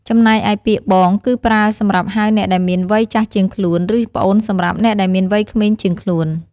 ចំណែកឯពាក្យ បង គឺ ប្រើសម្រាប់ហៅអ្នកដែលមាន វ័យចាស់ជាងខ្លួន ឬ ប្អូនសម្រាប់ អ្នកដែលមានវ័យក្មេងជាង ខ្លួន។